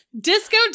Disco